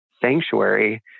sanctuary